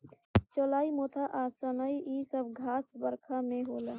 चौलाई मोथा आ सनइ इ सब घास बरखा में होला